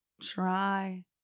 try